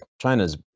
China's